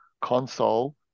console